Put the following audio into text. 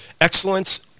excellence